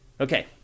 Okay